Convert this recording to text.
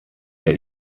der